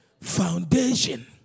foundation